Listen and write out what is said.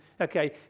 okay